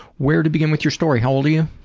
where to begin with your story, how old are you?